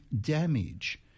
damage